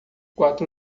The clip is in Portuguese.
quatro